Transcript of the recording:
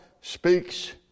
speaks